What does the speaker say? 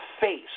face